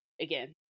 again